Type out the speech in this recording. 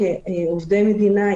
כעובדי מדינה,